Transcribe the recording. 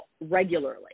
regularly